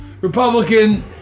Republican